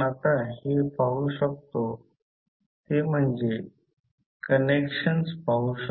आता ही गोष्ट टाकून ते सोडवू शकतो कारण तेथे 2 कॉइलस्